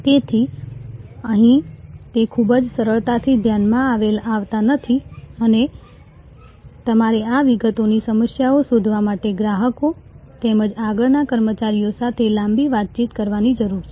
તેથી અહીં તે ખૂબ જ સરળતાથી ધ્યાનમાં આવતા નથી અને તમારે આ વિગતોની સમસ્યાઓ શોધવા માટે ગ્રાહકો તેમજ આગળના કર્મચારીઓ સાથે લાંબી વાતચીત કરવાની જરૂર છે